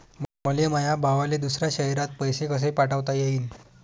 मले माया भावाले दुसऱ्या शयरात पैसे कसे पाठवता येईन?